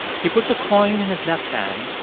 he puts a coin in his left hand,